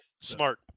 Smart